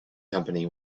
company